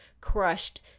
crushed